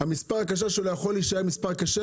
המספר הכשר שלו יכול להישאר מספר כשר